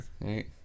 Right